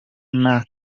n’aka